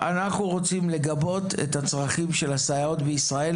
אנחנו רוצים לגבות את הצרכים של הסייעות בישראל